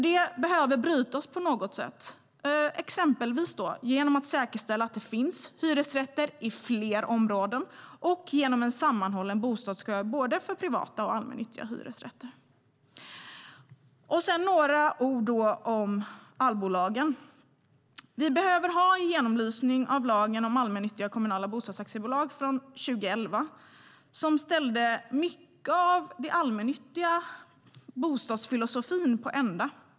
Det behöver brytas på något sätt, exempelvis genom att säkerställa att det finns hyresrätter i fler områden och genom en sammanhållen bostadskö för både privata och allmännyttiga hyresrätter. Jag ska säga några ord om Allbolagen. Vi behöver ha en genomlysning av lagen om allmännyttiga och kommunala bostadsaktiebolag från 2011 som ställde mycket av den allmännyttiga bostadsfilosofin på ända.